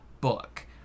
book